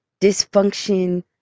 dysfunction